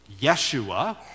Yeshua